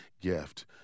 gift